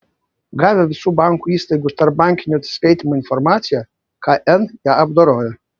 gavę visų bankų įstaigų tarpbankinių atsiskaitymų informaciją kn ją apdoroja